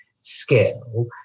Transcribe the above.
skill